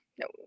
no